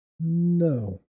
no